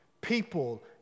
people